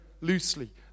loosely